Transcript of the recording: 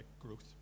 growth